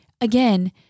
again